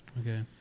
Okay